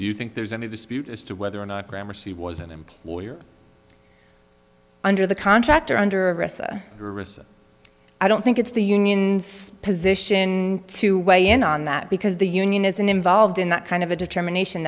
you think there's any dispute as to whether or not graham or she was an employer under the contract or under i don't think it's the union position to weigh in on that because the union isn't involved in that kind of a determination